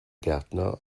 gärtner